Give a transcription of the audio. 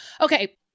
okay